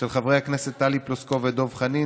של חברי הכנסת טלי פלוסקוב ודב חנין,